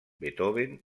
beethoven